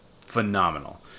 phenomenal